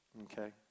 Okay